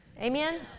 Amen